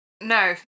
no